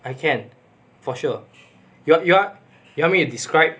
I can for sure you want you want you want me to describe